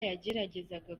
yageragezaga